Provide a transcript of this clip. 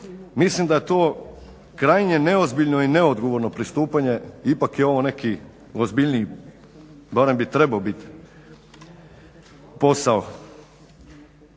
Mislim da je to krajnje neozbiljno i neodgovorno pristupanje, ipak je ovo neki ozbiljniji, barem bi trebao biti posao.